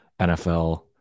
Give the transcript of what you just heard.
NFL